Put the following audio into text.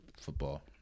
football